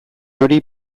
hori